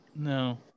No